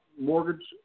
mortgage